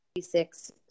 six